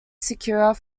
secure